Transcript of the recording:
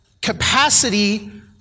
capacity